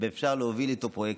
אפשר להוביל איתו פרויקטים.